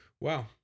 Wow